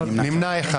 9 נמנעים,